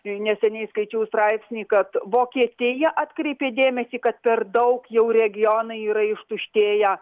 neseniai skaičiau straipsnį kad vokietija atkreipė dėmesį kad per daug jau regionai yra ištuštėję